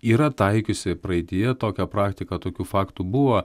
yra taikiusi praeityje tokią praktiką tokių faktų buvo